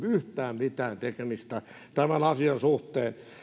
yhtään mitään tekemistä tämän asian suhteen